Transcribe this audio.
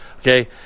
Okay